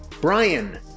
Brian